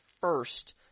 first